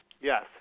Yes